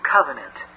Covenant